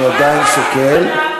אני עדיין שוקל.